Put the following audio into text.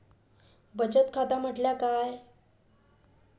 बचत खाता म्हटल्या काय?